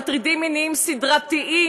מטרידים מיניים סדרתיים,